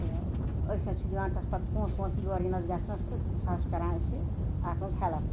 تہٕ أسۍ حظ چھِ دِوان تَس پَتہٕ پونٛسہٕ وونٛسہٕ یور یِنَس گژھنَس تہٕ سُہ حظ چھُ کَران اَسہِ اَتھ منٛز ہٮ۪لٕپ